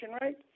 right